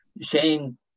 Shane